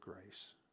grace